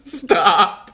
stop